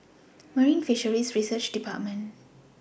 Marine Fisheries Research department